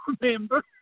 remember